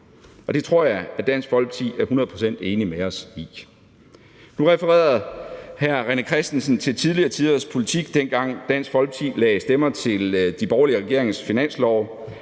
Det tror jeg at Dansk Folkeparti er hundrede procent enig med os i. Nu refererede hr. René Christensen til tidligere tiders politik – altså dengang, da Dansk Folkeparti lagde stemmer til de borgerlige regeringers finanslove